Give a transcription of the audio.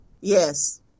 Yes